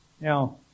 Now